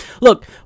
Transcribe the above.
Look